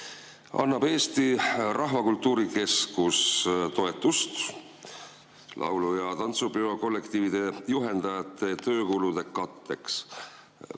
maksab Eesti Rahvakultuuri Keskus toetust laulu- ja tantsupeo kollektiivide juhendajate töökulude katteks.